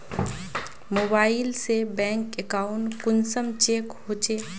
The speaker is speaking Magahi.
मोबाईल से बैंक अकाउंट कुंसम चेक होचे?